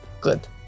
good